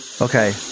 Okay